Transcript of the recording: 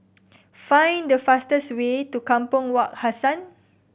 find the fastest way to Kampong Wak Hassan